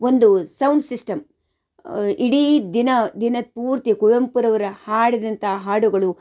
ಒಂದು sound system ಇಡೀ ದಿನ ದಿನದ ಪೂರ್ತಿ ಕುವೆಂಪುರವರ ಹಾಡಿದಂಥ ಹಾಡುಗಳು